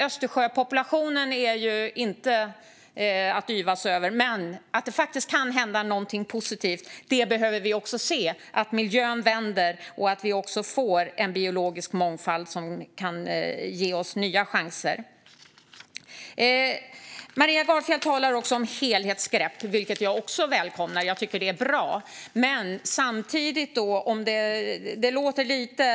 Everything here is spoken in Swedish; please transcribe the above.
Östersjöpopulationen är ju inget att yvas över, men att det faktiskt kan hända någonting positivt behöver vi också se - att situationen för miljön vänder och vi får en biologisk mångfald som kan ge oss nya chanser. Maria Gardfjell talar också om att ta ett helhetsgrepp, och det välkomnar jag. Jag tycker att det vore bra.